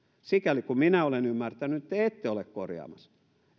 sikäli kuin minä olen ymmärtänyt te ette ole korjaamassa